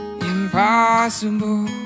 Impossible